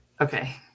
Okay